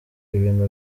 ibintu